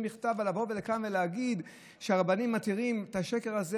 אז לבוא לכאן ולהגיד שהרבנים מתירים את השקר הזה?